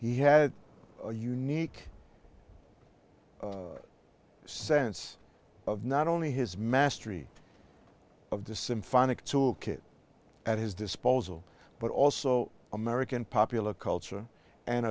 he had a unique sense of not only his mastery of the symphonic took it at his disposal but also american popular culture and